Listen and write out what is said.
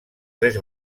tres